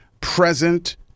present